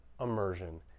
immersion